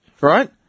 right